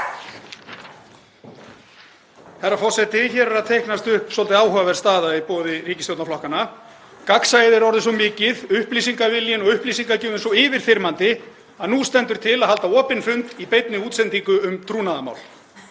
Herra forseti. Hér er að teiknast upp svolítið áhugaverð staða í boði ríkisstjórnarflokkanna. Gagnsæið er orðið svo mikið, upplýsingaviljinn og upplýsingagjöfin svo yfirþyrmandi að nú stendur til að halda opinn fund í beinni útsendingu um trúnaðarmál.